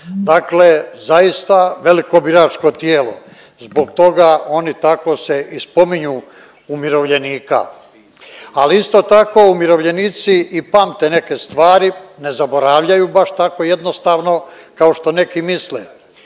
Dakle zaista veliko biračko tijelo zbog toga oni tako se i spominju umirovljenika. Ali isto tako umirovljenici i pamte neke stvari, ne zaboravljaju baš tako jednostavno kao što neki misle.